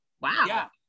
Wow